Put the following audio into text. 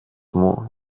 μου